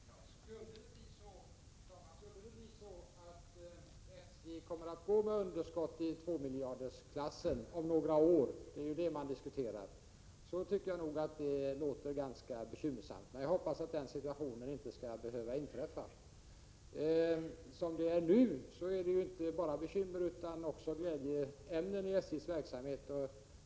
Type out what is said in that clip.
Fru talman! Skulle det bli så att SJ kommer att gå med ett underskott i tvåmiljardersklassen om några år — det är ju detta som diskuteras — tycker jag att det låter ganska bekymmersamt. Men jag hoppas att detta inte skall behöva inträffa. Som det är nu finns det inte bara bekymmer utan också glädjeämnen i SJ:s verksamhet.